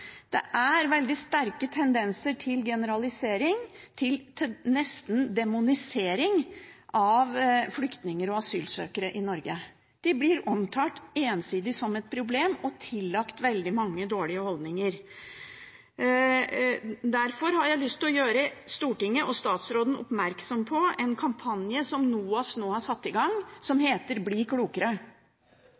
Det er veldig sterke tendenser til generalisering, nesten til demonisering av flyktninger og asylsøkere i Norge. De blir omtalt ensidig som et problem og tillagt veldig mange dårlige holdninger. Derfor har jeg lyst til å gjøre Stortinget og statsråden oppmerksom på en kampanje som NOAS nå har satt i gang, som heter Bli klokere.